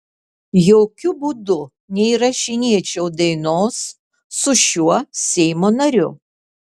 jokiu būdu neįrašinėčiau dainos su šiuo seimo nariu